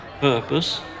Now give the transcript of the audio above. purpose